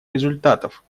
результатов